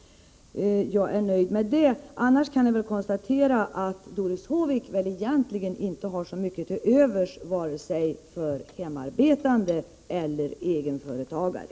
Annars kan jag konstatera att Doris Håvik egentligen inte har så mycket till övers för vare sig hemarbetande eller egenföretagare.